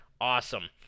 Awesome